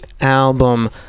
album